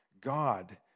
God